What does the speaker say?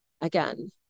Again